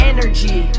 Energy